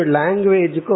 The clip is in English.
language